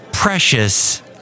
Precious